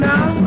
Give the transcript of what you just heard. Now